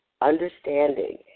understanding